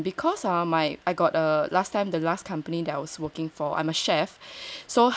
mm because because ah my I got the last time the last company that was working for I'm a chef